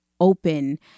open